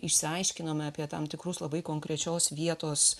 išsiaiškinome apie tam tikrus labai konkrečios vietos